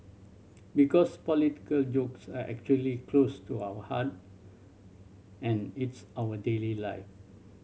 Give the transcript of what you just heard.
because political jokes are actually close to our heart and it's our daily life